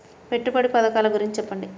పెట్టుబడి పథకాల గురించి చెప్పండి?